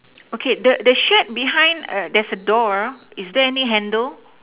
okay the the shirt behind err there's a door is there any handle